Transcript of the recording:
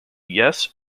yes